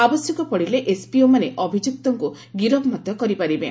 ଆବଶ୍ୟକ ପଡ଼ିଲେ ଏସ୍ପିଓମାନେ ଅଭିଯୁକ୍ତଙ୍କୁ ଗିରଫ ମଧ୍ୟ କରିପାରିବେ